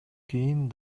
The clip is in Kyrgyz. кийин